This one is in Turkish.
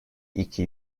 iki